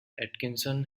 atkinson